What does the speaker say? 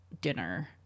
dinner